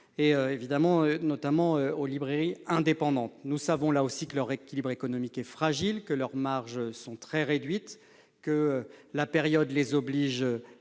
librairies, notamment aux librairies indépendantes. Nous savons que leur équilibre économique est fragile, que leurs marges sont très réduites, que la crise sanitaire